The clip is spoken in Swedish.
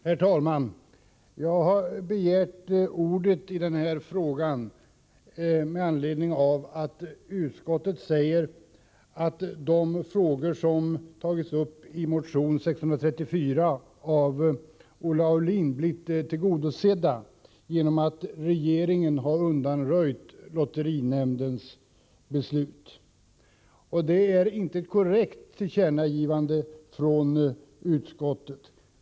Herr talman! Jag har begärt ordet i den här frågan med anledning av att utskottet säger att de önskemål som framförts i motion 634 av Olle Aulin blivit tillgodosedda genom att regeringen undanröjt lotterinämndens beslut. Det tillkännagivandet av utskottet är inte korrekt.